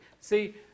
See